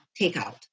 takeout